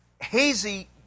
hazy